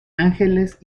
ángeles